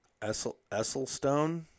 Esselstone